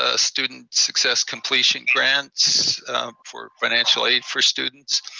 ah student success completion grants for financial aid for students.